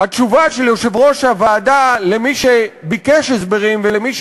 התשובה של יושב-ראש הוועדה למי שביקש הסברים ולמי